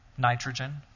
nitrogen